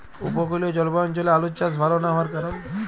উপকূলীয় জলবায়ু অঞ্চলে আলুর চাষ ভাল না হওয়ার কারণ?